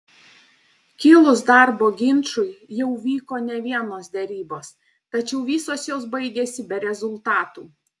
kilus darbo ginčui jau vyko ne vienos derybos tačiau visos jos baigėsi be rezultatų